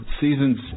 Seasons